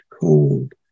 cold